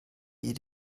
ihr